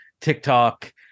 TikTok